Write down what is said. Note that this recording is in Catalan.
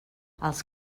els